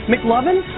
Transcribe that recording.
McLovin